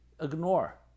ignore